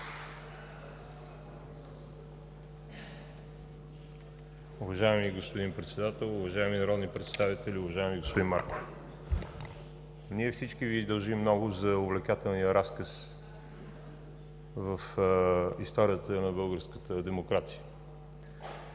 Уважаеми господин Председател, уважаеми народни представители! Уважаеми господин Марков, ние всички Ви дължим много за увлекателния разказ в историята на българската демокрация.